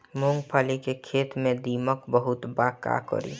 मूंगफली के खेत में दीमक बहुत बा का करी?